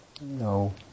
No